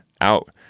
out